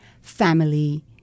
family